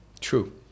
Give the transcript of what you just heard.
true